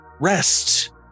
rest